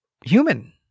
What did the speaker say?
human